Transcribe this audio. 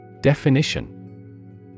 Definition